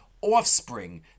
offspring